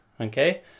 okay